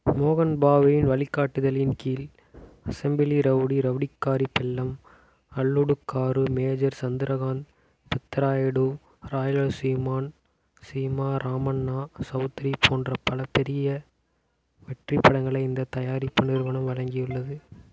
மோகன் பாபுவின் வழிகாட்டுதலின் கீழ் அசெம்பிளி ரவுடி ரவுடிகாரி பெல்லம் அல்லுடுகாரு மேஜர் சந்திரகாந்த் பெத்தராயுடு ராயலசீமான் சீமா ராமண்ணா சவுத்ரி போன்ற பல பெரிய வெற்றிப் படங்களை இந்தத் தயாரிப்பு நிறுவனம் வழங்கி உள்ளது